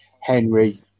Henry